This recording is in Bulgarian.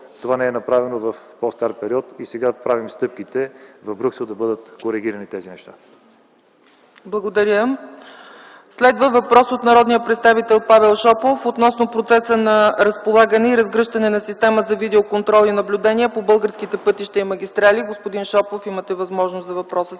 това не е направено в по-предишен период. Сега правим първите стъпки. Въпросът е да бъдат коригирани тези неща. ПРЕДСЕДАТЕЛ ЦЕЦКА ЦАЧЕВА: Благодаря. Следва въпрос от народния представител Павел Шопов относно процеса на разполагане и разгръщане на система за видеоконтрол и наблюдение по българските пътища и магистрали. Господин Шопов, имате възможност за въпроса